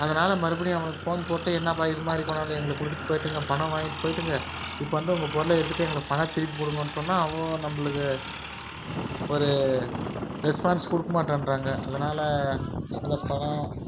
அதனால் மறுபடியும் அவனுக்கு ஃபோன் போட்டு என்னாப்பா இது மாதிரி கொண்டாந்து எங்களுக்கு கொடுத்துட்டு போய்விட்டிங்க பணம் வாங்கிட்டு போய்விட்டிங்க இப்போ வந்து உங்கள் பொருளை எடுத்துட்டு எங்களுக்கு பணம் திருப்பிக் குடுங்கன்னு சொன்னால் அவனோ நம்மளுக்கு ஒரு ரெஸ்பான்ஸ் கொடுக்க மாட்டேன்றாங்க அதனால் அந்தப் பணம்